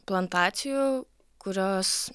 plantacijų kurios